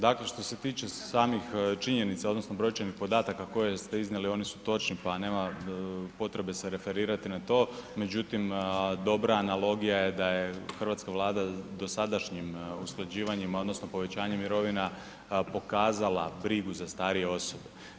Dakle, što se tiče samih činjenica odnosno brojčanih podataka koje ste iznijeli oni su točni pa nema potrebe se referirati na to, međutim dobra analogija je da je Hrvatska vlada dosadašnjim usklađivanjima odnosno povećanje mirovina pokazala brigu za starije osobe.